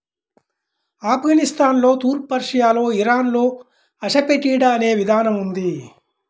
ఆఫ్ఘనిస్తాన్లో, తూర్పు పర్షియాలో, ఇరాన్లో అసఫెటిడా అనే విధానం ఉంది